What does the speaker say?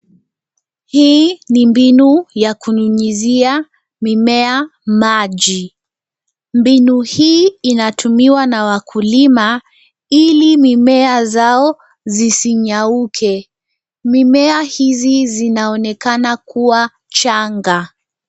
Hii ni mbinu ya kunyunyizia mimea maji. Mbinu hii inatumiwa na wakulima ili mimea zao zisinyauke. Mimea hizi zinaonekana kuwa changa.